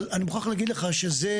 אבל אני מוכרח להגיד לך שזה,